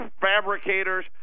fabricators